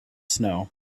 snow